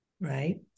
right